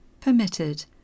Permitted